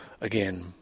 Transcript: again